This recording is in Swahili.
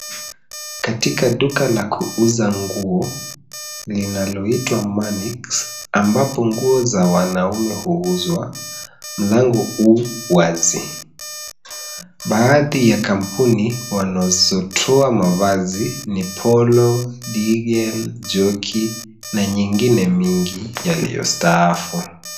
Katika duka la kuuza nguo linaloitwa Manix, ambapo nguo za wanaume huuzwa ,mlango u wazi. Baadhi ya kampuni wanazotoa mavazi ni Polo, Digel, Jockey na nyingine mingi yaliyostaafu.